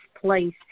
place